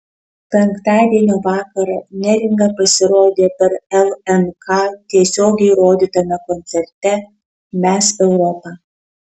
penktadienio vakarą neringa pasirodė per lnk tiesiogiai rodytame koncerte mes europa